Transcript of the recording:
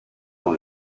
dans